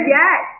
yes